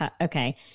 Okay